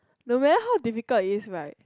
the very how difficult is like